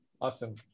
Awesome